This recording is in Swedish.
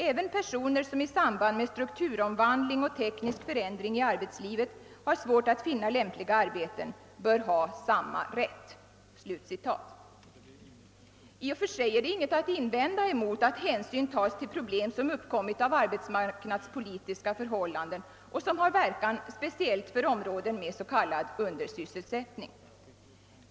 även personer som i samband med strukturomvandling och teknisk förändring i arbetslivet har svårt att finna lämpliga arbeten bör ha samma rätt.» I och för sig är det inget att invända mot att hänsyn tages till problem som uppkommit av arbetsmarknadspolitiska förhållanden och som har verkan speciellt för områden med s.k. undersysselsättning.